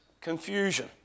confusion